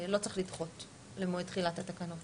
לא צריך לדחות למועד תחילת התקנות.